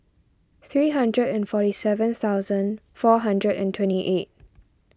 three hundred and forty seven thousand four hundred and twenty eight